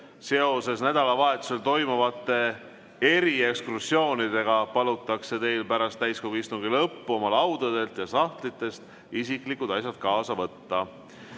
Seoses nädalavahetusel toimuvate eriekskursioonidega palutakse teil pärast täiskogu istungi lõppu oma laudadelt ja sahtlitest isiklikud asjad kaasa võtta.